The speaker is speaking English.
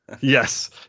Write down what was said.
Yes